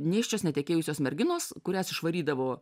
nėščios netekėjusios merginos kurias išvarydavo